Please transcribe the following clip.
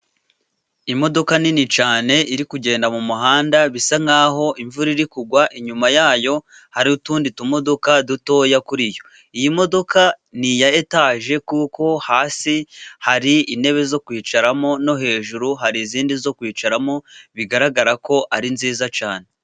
Imodoka nini cyane iri kugenda mu muhanda, bisa nk'aho imvura iri kugwa, inyuma yayo hari utundi tumodoka dutoya kuri yo, iyi modoka ni iya etaje kuko hasi hari intebe zo kwicaramo no hejuru hari izindi zo kwicaramo, bigaragara ko ari nziza cyane.